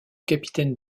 capitaine